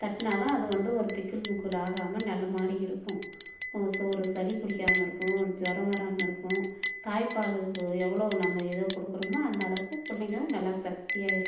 தட்டுனால்தான் அது வந்து ஒரு திக்குலு முக்குலு ஆகாமல் நல்ல மாதிரி இருக்கும் ஸோ ஒரு சளி பிடிக்காம இருக்கும் ஒரு ஜுரம் வரமால் இருக்கும் தாய்ப்பாலுக்கு எவ்வளோ நம்ம இதை கொடுக்குறமோ அந்த அளவுக்கு பிள்ளைங்க நல்லா சக்தியாக இருக்கும்